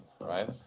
right